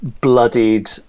bloodied